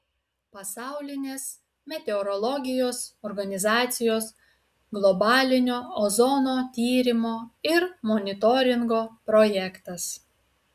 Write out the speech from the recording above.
pasaulinės meteorologijos organizacijos globalinio ozono tyrimo ir monitoringo projektas